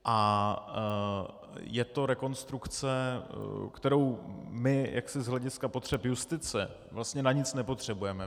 A je to rekonstrukce, kterou my jaksi z hlediska potřeb justice, vlastně na nic nepotřebujeme.